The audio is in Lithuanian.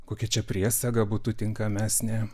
kokia čia priesaga būtų tinkamesnė